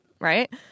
right